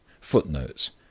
Footnotes